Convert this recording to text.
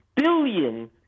billion